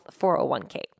401k